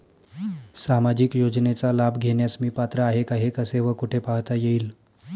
सामाजिक योजनेचा लाभ घेण्यास मी पात्र आहे का हे कसे व कुठे पाहता येईल?